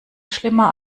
schlimmer